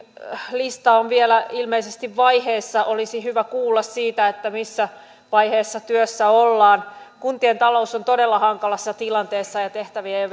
lista on ilmeisesti vielä vaiheessa olisi hyvä kuulla siitä missä vaiheessa työssä ollaan kuntien talous on todella hankalassa tilanteessa ja tehtävien ja